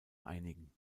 einigen